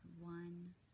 one